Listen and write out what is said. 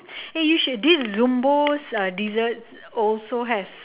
eh you should this zumbo's uh desserts also has